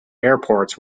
airports